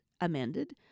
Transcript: amended